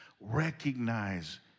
recognize